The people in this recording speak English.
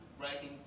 writing